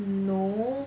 no